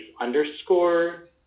underscore